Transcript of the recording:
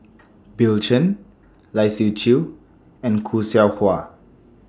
Bill Chen Lai Siu Chiu and Khoo Seow Hwa